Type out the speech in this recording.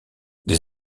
des